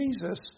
Jesus